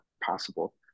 possible